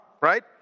right